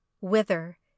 Whither